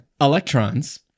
Electrons